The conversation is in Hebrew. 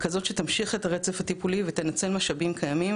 כזאת שתמשיך את הרצף הטיפולי ותנצל משאבים קיימים,